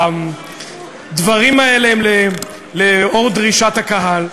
הדברים האלה הם לאור דרישת הקהל.